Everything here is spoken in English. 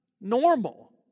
normal